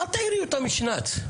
אל תעירי אותם משנ"צ.